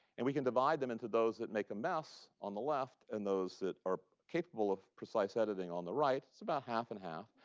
and we can divide them into those that make a mess, on the left, and those that are capable of precise editing, on the right. it's about half and half.